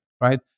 right